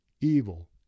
evil